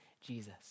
Jesus